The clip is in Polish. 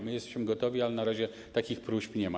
My jesteśmy gotowi, ale na razie takich próśb nie ma.